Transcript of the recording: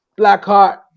Blackheart